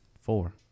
Four